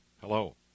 Hello